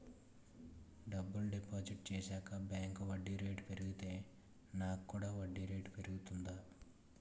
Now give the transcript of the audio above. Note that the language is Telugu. డబ్బులు డిపాజిట్ చేశాక బ్యాంక్ వడ్డీ రేటు పెరిగితే నాకు కూడా వడ్డీ రేటు పెరుగుతుందా?